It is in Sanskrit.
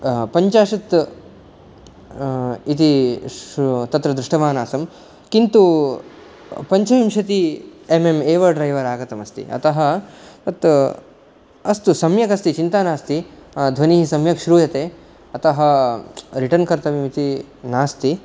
पञ्चाशत् इति तत्र दृष्टवान् आसम् किन्तु पञ्चविंशति एम् एम् एव ड्रैवर् आगतम् अस्ति अतः तत् अस्तु सम्यक् अस्ति चिन्ता नास्ति ध्वनिः सम्यक् श्रूयते अतः रिटर्न् कर्तव्यम् इति नास्ति